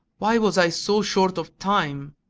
why was i so short of time!